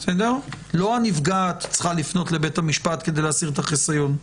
ולא הנפגעת צריכה לפנות לבית המשפט כדי להסיר את החיסיון.